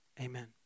amen